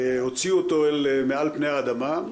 הוציאו אותו אל מעל פני האדמה,